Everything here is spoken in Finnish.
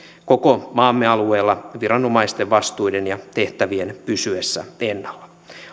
koko maamme alueella viranomaisten vastuiden ja tehtävien pysyessä ennallaan